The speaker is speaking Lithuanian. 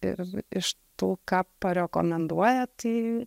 ir iš tų ką parekomenduoja tai